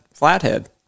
Flathead